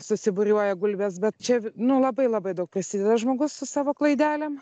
susibūriuoja gulbės bet čia nu labai labai daug prisideda žmogus su savo klaidelėm